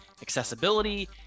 accessibility